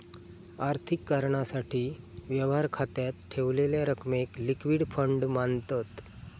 आर्थिक कारणासाठी, व्यवहार खात्यात ठेवलेल्या रकमेक लिक्विड फंड मांनतत